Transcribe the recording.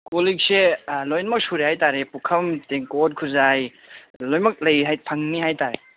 ꯀꯣꯜꯂꯤꯛꯁꯦ ꯂꯣꯏꯅꯃꯛ ꯁꯨꯔꯦ ꯍꯥꯏꯕꯇꯥꯔꯦ ꯄꯨꯈꯝ ꯇꯦꯡꯀꯣꯠ ꯈꯨꯖꯥꯏ ꯂꯣꯏꯅꯃꯛ ꯂꯩ ꯐꯪꯒꯅꯤ ꯍꯥꯏꯕꯇꯥꯔꯦ